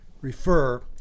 refer